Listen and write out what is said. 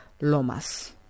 Lomas